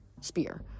spear